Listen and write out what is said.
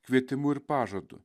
kvietimu ir pažadu